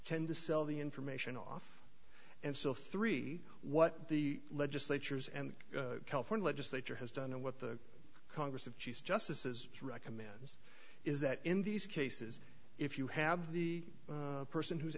tend to sell the information off and still three what the legislatures and california legislature has done and what the congress of g s justices recommend is that in these cases if you have the person who's